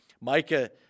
Micah